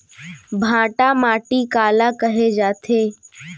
भांटा माटी काला कहे जाथे?